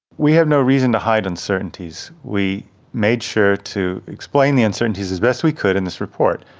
we have no reason to hide uncertainties. we made sure to explain the uncertainties as best we could in this report,